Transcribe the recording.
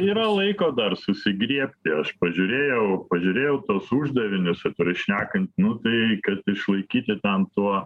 yra laiko dar susigriebti aš pažiūrėjau pažiūrėjau tuos uždavinius atvirai šnekant nu tai kad išlaikyti ten tuo